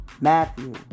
matthew